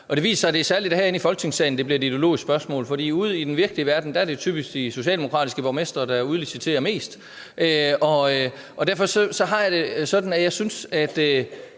Og det viser sig, at det særlig er herinde i Folketingssalen, at det bliver et ideologisk spørgsmål, for ude i den virkelige verden er det jo typisk de socialdemokratiske borgmestre, der udliciterer mest. Derfor har jeg det sådan, at jeg synes, at